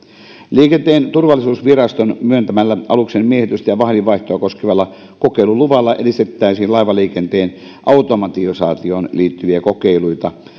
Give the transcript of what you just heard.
liikenteen turvallisuusviraston myöntämällä aluksen miehitystä ja vahdinvaihtoa koskevalla kokeiluluvalla edistettäisiin laivaliikenteen automatisaatioon liittyviä kokeiluita